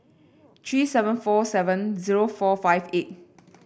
three seven four seven zero four five eight